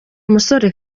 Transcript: musore